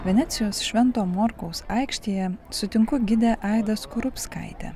venecijos švento morkaus aikštėje sutinku gidė aidą skorupskaitę